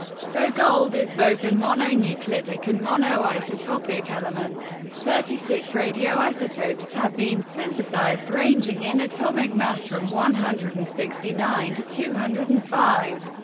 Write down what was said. so gold is both a and mononuclidic and monoisotopic element. thirty-six radioisotopes have been synthesized ranging in atomic mass from one hundred and sixty nine to two hundred and five.